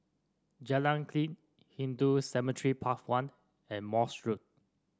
Jalan Klinik Hindu Cemetery Path one and Morse Road